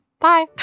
Bye